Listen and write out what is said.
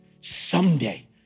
Someday